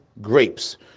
grapes